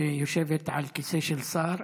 שיושבת על כיסא של שר.